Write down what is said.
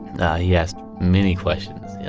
and yeah asked many questions. yeah